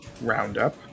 roundup